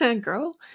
girl